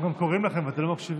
קוראים לכם ואתם לא מקשיבים.